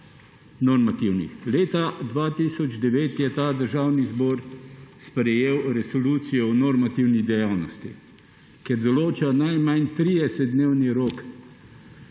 kršitev. Leta 2009 je Državni zbor sprejel Resolucijo o normativni dejavnosti, kjer določa najmanj 30-dnevni rok